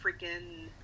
freaking